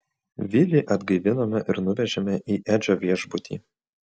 vilį atgaivinome ir nuvežėme į edžio viešbutį